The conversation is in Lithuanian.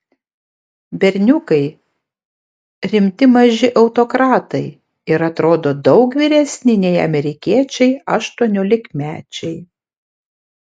berniukai rimti maži autokratai ir atrodo daug vyresni nei amerikiečiai aštuoniolikmečiai